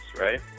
right